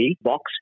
box